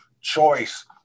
Choice